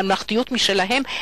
לממלכתיות משלהם.